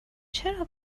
چرا